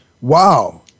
Wow